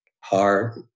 heart